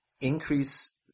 increase